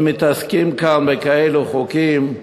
אז מתעסקים כאן בכאלה חוקים.